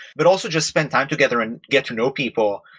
but also just spend time together and get to know people,